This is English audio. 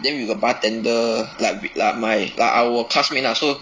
then we got bartender like w~ like my like our coursemate lah so